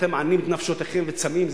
אתם מענים את נפשותיכם וצמים,